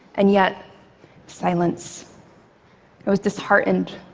and yet silence. i was disheartened.